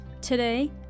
Today